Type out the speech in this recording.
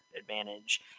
advantage